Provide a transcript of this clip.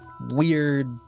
weird